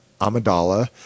Amidala